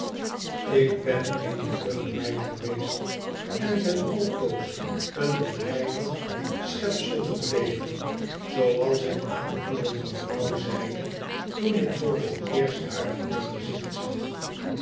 ik ben eene vlugge meid geweest en ben altoos een bedrijvig schepsel gebleven zooals ik aan uwe mevrouw zeide toen ik voor het eerst haar goedig gezicht zag